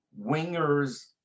wingers